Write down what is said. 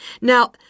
Now